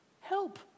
Help